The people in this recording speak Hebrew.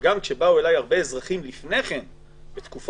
מה זו ההתנהלות הזאת של מפכ"ל משטרה?